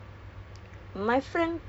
I don't see